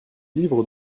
livres